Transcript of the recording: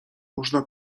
można